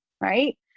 Right